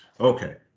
Okay